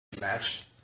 match